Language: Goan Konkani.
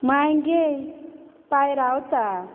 मांय गे पांय रावता